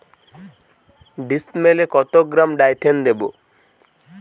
ডিস্মেলে কত গ্রাম ডাইথেন দেবো?